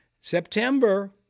September